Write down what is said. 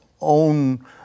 own